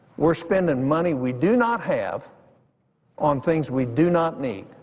we're spending money we do not have on things we do not need.